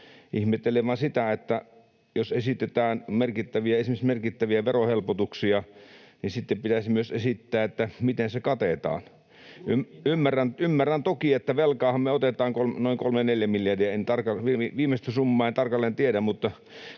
Ihmettelen vain sitä, että jos esitetään esimerkiksi merkittäviä verohelpotuksia, niin sitten pitäisi myös esittää, miten ne katetaan. Ymmärrän toki, että velkaahan me otetaan noin 3—4 miljardia. Viimeistä summaa en tarkalleen tiedä,